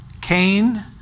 Cain